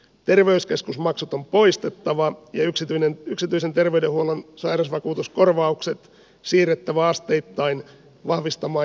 terveyskeskusmaksut on poistettava ja yksityisen ter veydenhuollon sairausvakuutuskorvaukset siirrettävä asteittain vahvistamaan julkista terveydenhuoltoa